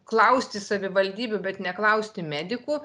klausti savivaldybių bet neklausti medikų